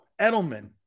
Edelman